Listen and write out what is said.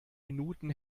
minuten